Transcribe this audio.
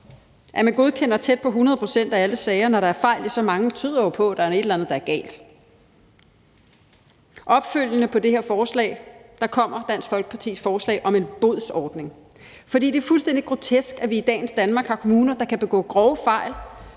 At man godkender tæt på 100 pct. af alle sager, når der er fejl i så mange, tyder jo på, at der er et eller andet galt. Opfølgende på det her forslag kommer Dansk Folkepartis forslag om en bodsordning, for det er fuldstændig grotesk, at vi i dagens Danmark har kommuner, der kan begå grove fejl,